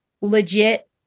legit